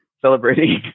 celebrating